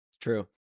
True